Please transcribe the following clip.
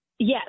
Yes